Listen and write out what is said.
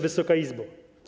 Wysoka Izbo!